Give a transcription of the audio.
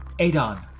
Adon